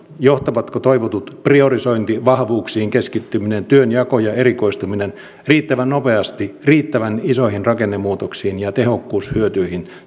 johtavatko toivotut priorisointi vahvuuksiin keskittyminen työnjako ja erikoistuminen riittävän nopeasti riittävän isoihin rakennemuutoksiin ja tehokkuushyötyihin